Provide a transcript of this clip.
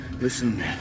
Listen